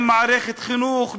עם מערכת חינוך,